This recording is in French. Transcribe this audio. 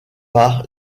par